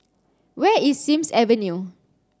where is Sims Avenue